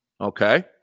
Okay